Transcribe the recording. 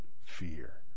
fear